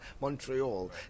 Montreal